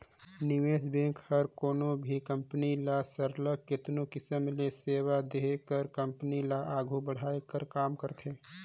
निवेस बेंक हर कोनो भी कंपनी ल सरलग केतनो किसिम ले सेवा देहे कर कंपनी ल आघु बढ़ाए कर काम करथे